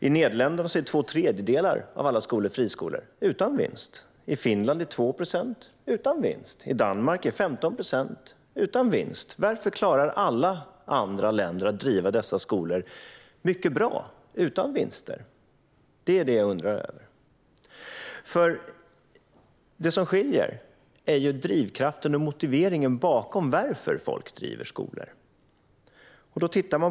I Nederländerna är två tredjedelar av alla skolor friskolor utan vinst. I Finland är 2 procent friskolor utan vinst, i Danmark är det 15 procent utan vinst. Varför klarar alla andra länder att driva dessa skolor mycket bra utan vinster? Det är det som jag undrar över. Det som skiljer är ju drivkraften och motiveringen bakom varför folk driver skolor.